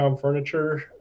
furniture